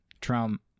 Trump